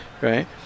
Right